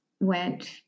went